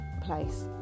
place